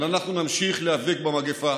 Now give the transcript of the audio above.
אבל אנחנו נמשיך להיאבק במגפה.